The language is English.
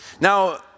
Now